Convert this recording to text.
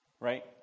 Right